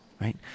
right